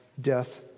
death